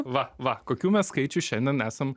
va va kokių mes skaičių šiandien esam